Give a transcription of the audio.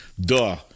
Duh